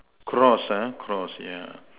cross uh cross yeah